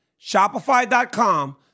Shopify.com